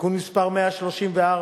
(תיקון מס' 134),